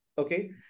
Okay